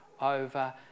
over